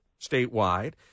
statewide